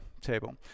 table